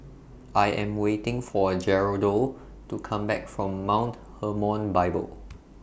I Am waiting For A Geraldo to Come Back from Mount Hermon Bible